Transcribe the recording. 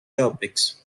topics